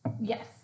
yes